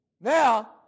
Now